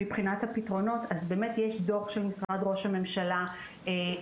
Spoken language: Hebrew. מבחינת הפתרונות אז באמת יש דוח של משרד ראש הממשלה לדורותיו,